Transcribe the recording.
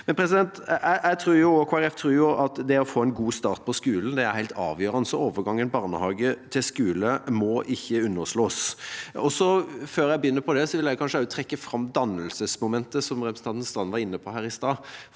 og Kristelig Folkeparti tror at det å få en god start på skolen er helt avgjørende, og overgangen fra barnehage til skole må ikke underslås. Før jeg sier mer om det, vil jeg kanskje trekke fram dannelsesmomentet, som representanten Strand var inne på her i stad.